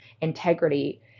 integrity